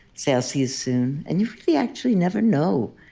say, i'll see you soon. and you really actually never know.